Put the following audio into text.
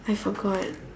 I forgot